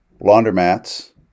laundromats